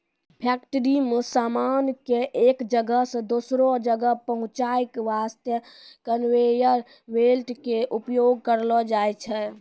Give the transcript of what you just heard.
factory मॅ सामान कॅ एक जगह सॅ दोसरो जगह पहुंचाय वास्तॅ कनवेयर बेल्ट के उपयोग करलो जाय छै